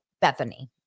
Bethany